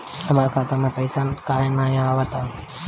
हमरा खाता में पइसा काहे ना आव ता?